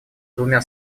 двумя